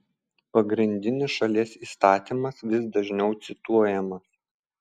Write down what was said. pagrindinis šalies įstatymas vis dažniau cituojamas